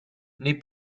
nei